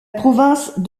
province